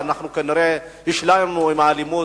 ואנחנו כנראה השלמנו עם האלימות.